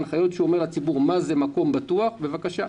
ההנחיות שהוא אומר לציבור מה זה מקום בטוח בבקשה,